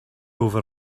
over